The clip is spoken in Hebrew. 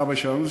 אבא שלנו.